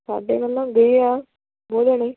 ਸਾਡੇ ਵੱਲੋਂ ਗਏ ਆ ਦੋ ਜਣੇ